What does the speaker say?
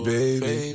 Baby